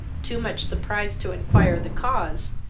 too much surprised to inquire the cause,